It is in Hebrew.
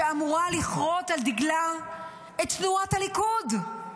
שאמורה לחרות על דגלה תנועת הליכוד?